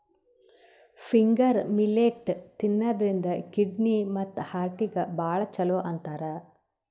finger millet ತಿನ್ನದ್ರಿನ್ದ kidney ಮತ್ತ್ ಹಾರ್ಟಿಗ್ ಭಾಳ್ ಛಲೋ ಅಂತಾರ್